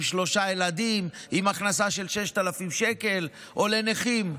שלושה ילדים עם הכנסה של 6,000 שקל או לנכים.